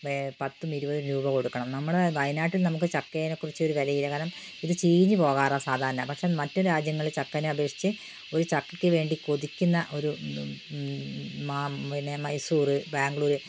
വേ പത്തും ഇരുപതും രൂപ കൊടുക്കണം നമ്മുടെ വയനാട്ടിൽ നമുക്ക് ചക്കയെക്കുറിച്ച് ഒരു വില ഇല്ല കാരണം ഇത് ചീഞ്ഞ് പോകാറാണ് സാധാരണ പക്ഷെ മറ്റു രാജ്യങ്ങളിൽ ചക്കയെ അപേക്ഷിച്ച് ഒരു ചക്കയ്ക്ക് വേണ്ടി കൊതിക്കുന്ന ഒരു മാ പിന്നെ മൈസൂര് ബാംഗ്ലൂര്